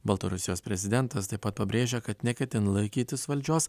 baltarusijos prezidentas taip pat pabrėžia kad neketina laikytis valdžios